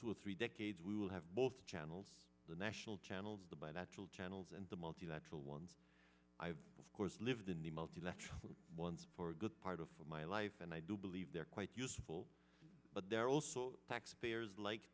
two or three decades we will have both channels the national channels channels and the multilateral ones i have of course lived in the multi left once for a good part of my life and i do believe they're quite useful but they're also taxpayers like